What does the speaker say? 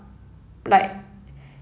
like